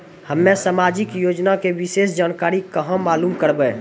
हम्मे समाजिक योजना के विशेष जानकारी कहाँ मालूम करबै?